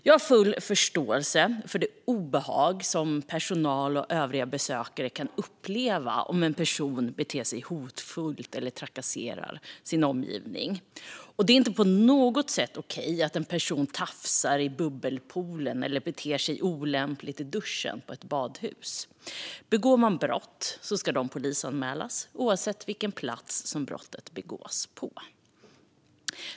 Jag har full förståelse för det obehag som personal och övriga besökare kan uppleva om en person beter sig hotfullt eller trakasserar sin omgivning, och det är inte på något sätt okej att en person tafsar i bubbelpoolen eller beter sig olämpligt i duschen på ett badhus. Begår man ett brott ska det polisanmälas, oavsett vilken plats brottet begås på.